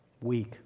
weak